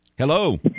Hello